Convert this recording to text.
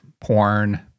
porn